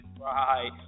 right